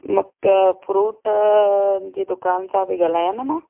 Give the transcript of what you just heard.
मां त फ्रूट जी दुकान सां पई ॻाल्हायां न मां